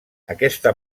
aquesta